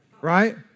Right